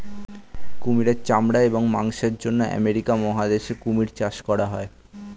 কুমিরের চামড়া এবং মাংসের জন্য আমেরিকা মহাদেশে কুমির চাষ করা হয়